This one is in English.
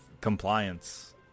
compliance